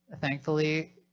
thankfully